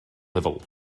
level